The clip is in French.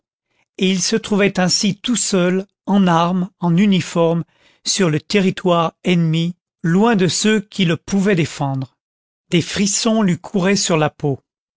et il se trouvait ainsi tout seul en armes en uniforme sur le territoire ennemi loin de ceux qui le pouvaient défendre des frissons lui couraient sur la peau